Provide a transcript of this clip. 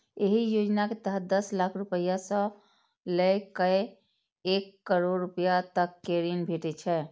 एहि योजना के तहत दस लाख रुपैया सं लए कए एक करोड़ रुपैया तक के ऋण भेटै छै